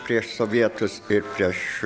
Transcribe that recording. prieš sovietus ir prieš